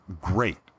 great